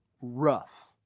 rough